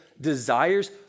desires